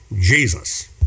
Jesus